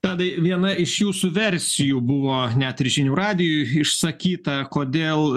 tadai viena iš jūsų versijų buvo net ir žinių radijui išsakyta kodėl